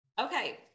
Okay